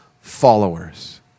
followers